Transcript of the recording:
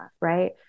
right